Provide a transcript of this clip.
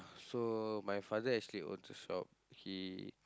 so my father actually owns a shop he